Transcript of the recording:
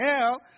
hell